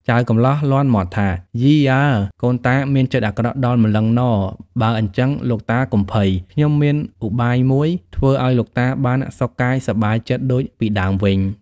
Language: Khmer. ចៅកម្លោះលាន់មាត់ថា “ យីអើ! កូនតាមានចិត្តអាក្រក់ដល់ម្លឹងហ្ន៎បើអីចឹង លោកតាកុំភ័យ ខ្ញុំមានឧបាយមួយ ធ្វើឱ្យលោកតាបានសុខកាយសប្បាយចិត្តដូចពីដើមវិញ។